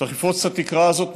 צריך לפרוץ את התקרה הזאת,